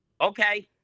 Okay